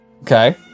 Okay